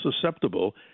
susceptible